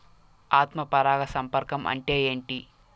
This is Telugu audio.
ఆత్మ పరాగ సంపర్కం అంటే ఏంటి?